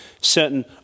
certain